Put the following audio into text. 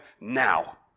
now